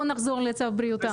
אז בוא נחזור לצו בריאות העם.